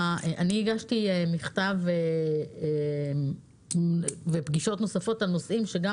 אני הגשתי מכתב לפגישות נוספות על נושאים שגם